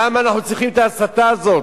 למה אנחנו צריכים את ההסתה הזאת?